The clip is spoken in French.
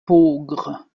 peaugres